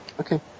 Okay